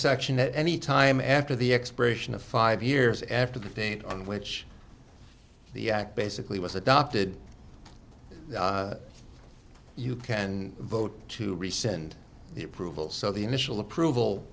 section at any time after the expiration of five years after the date on which the act basically was adopted you can vote to rescind the approval so the initial approval